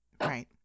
Right